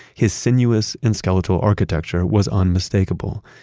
his sinuous and skeletal architecture was unmistakable,